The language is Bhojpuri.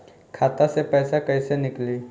खाता से पैसा कैसे नीकली?